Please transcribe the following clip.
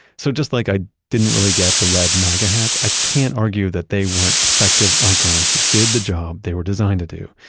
so just like i didn't really get the red maga hats i can't argue that they weren't effective icons that did the job they were designed to do.